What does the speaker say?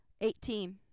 Eighteen